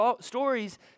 Stories